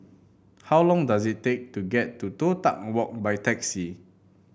how long does it take to get to Toh Tuck Walk by taxi